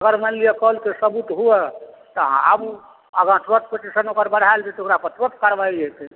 ओकर मानि लिअ कॉलके सबूत हुए तऽ अहाँ आबू आगाँ तुरन्त पेटीशन ओकर बढ़ायल जेतै ओकरा पर तुरन्त कार्रवाइ हेतै